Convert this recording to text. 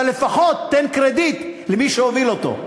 אבל לפחות תן קרדיט למי שהוביל אותו.